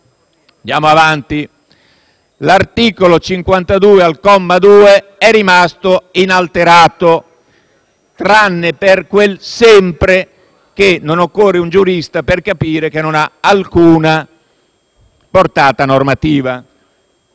andiamo avanti. L'articolo 52, al comma 2, è rimasto inalterato, tranne che per l'aggiunta di quel «sempre» che non occorre un giurista per capire che non ha alcuna portata normativa.